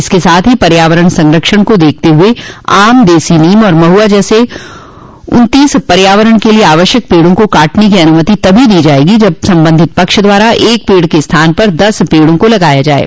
इसके साथ ही पर्यावरण संरक्षण को देखते हुए आम देशी नीम और महुआ जैसे उन्तीस पर्यावरण के लिए आवश्यक पेड़ों को काटने की अनुमति तभी दी जायेगी जब संबंधित पक्ष द्वारा एक पेड़ के स्थान पर दस पेड़ों को लगाया जाये